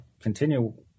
continue